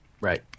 right